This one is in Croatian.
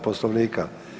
Poslovnika.